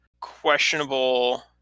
questionable